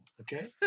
Okay